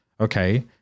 Okay